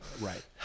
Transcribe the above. Right